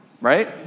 Right